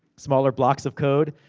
smaller blocks of code.